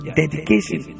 dedication